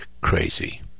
crazy